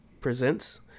presents